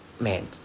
man